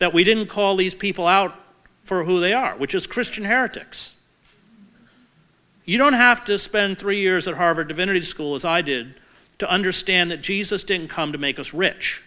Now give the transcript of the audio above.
that we didn't call these people out for who they are which is christian heretics you don't have to spend three years at harvard divinity school as i did to understand that jesus didn't come to make us rich